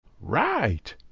Right